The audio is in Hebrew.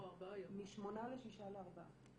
מ-8 ל-6 ל-4.